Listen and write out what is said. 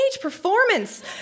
performance